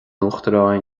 uachtaráin